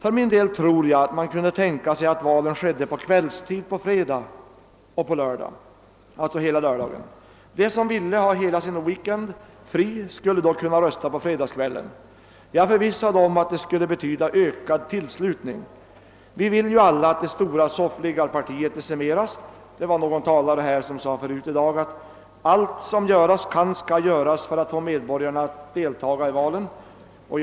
För min del tror jag att man kunde tänka sig att valen ägde rum på kvällstid på fredagen och hela lördagen. De som ville ha hela sin weekend fri skulle då kunna rösta på fredagskvällen. Jag är förvissad om att detta skulle betyda ökad tillslutning, och vi vill ju alla att soffliggarpartiet decimeras. Någon talare sade förut i dag att allt som göras kan skall göras för att få medborgarna att delta i valen.